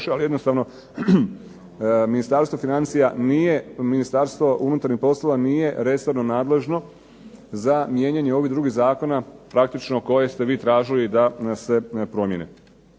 ali jednostavno Ministarstvo financija, Ministarstvo unutarnjih poslova nije resorno nadležno za mijenjanje ovih drugih zakona praktično koje ste vi tražili da se promijene.